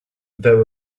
there